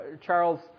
Charles